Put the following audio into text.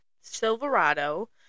Silverado